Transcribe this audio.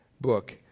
book